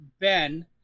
Ben